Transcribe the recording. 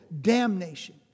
damnation